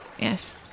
Yes